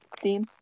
theme